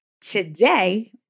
today